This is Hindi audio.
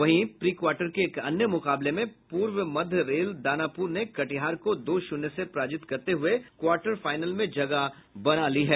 वहीं प्री क्वार्टर फाइनल के एक अन्य मुकाबले में पूर्व मध्य रेल दानापुर ने कटिहार को दो शून्य से पराजित करते हुये क्वार्टर फाइनल में जगह बनायी है